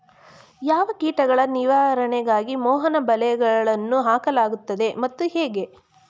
ಯಾವ ಕೀಟಗಳ ನಿವಾರಣೆಗಾಗಿ ಮೋಹನ ಬಲೆಗಳನ್ನು ಹಾಕಲಾಗುತ್ತದೆ ಮತ್ತು ಹೇಗೆ?